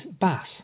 Bass